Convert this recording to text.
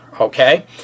Okay